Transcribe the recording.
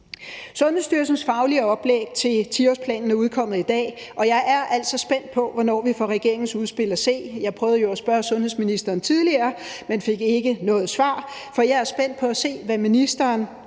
Sundhedsstyrelsens faglige oplæg til 10-årsplanen er udkommet i dag, og jeg er altså spændt på, hvornår vi får regeringens udspil at se. Jeg prøvede jo at spørge sundhedsministeren tidligere, men fik ikke noget svar. For jeg er spændt på at se, hvad ministeren